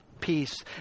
peace